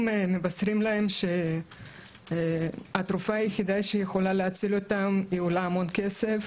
מבשרים להם שהתרופה היחידה שיכולה להציל אותם היא עולה המון כסף